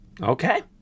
Okay